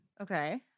Okay